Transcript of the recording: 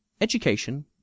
Education